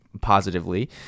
positively